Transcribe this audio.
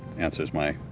answers my